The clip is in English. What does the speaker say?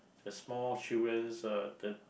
the small children's uh the